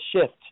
shift